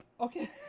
okay